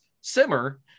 simmer